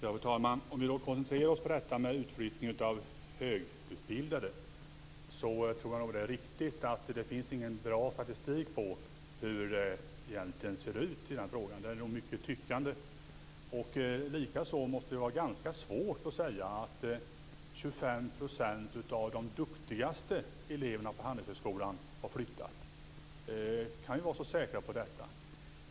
Fru talman! Låt oss koncentrera oss på utflyttning av högutbildade. Det är riktigt att det inte finns någon bra statistik på hur det egentligen är. Det är nog fråga om mycket tyckande. Likaså måste det vara svårt att säga att 25 % av de duktigaste eleverna på Handelshögskolan har flyttat. Kan vi vara så säkra på detta?